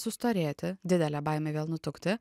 sustorėti didelė baimė vėl nutukti